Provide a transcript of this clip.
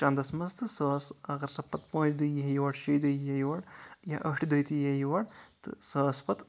چنٛدَس منٛز تہٕ سۄ ٲس اَگر سۄ پَتہٕ پانٛژِ دۄہہِ یی ہا یور شیٚیہِ دۄہہ یی ہا یور یا ٲٹھہِ دۄہہ تہِ یی ہا یور تہٕ سۄ ٲس پَتہٕ